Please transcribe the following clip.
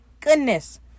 goodness